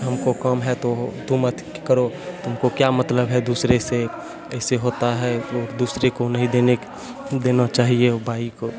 हमको काम है तो मत करो तुमको क्या मतलब है दूसरे से ऐसे होता है तो दूसरे को नहीं देने देना चाहिए बाइक को